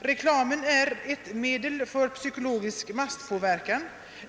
»Reklamen är ett medel för psykologisk masspåverkan.